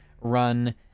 run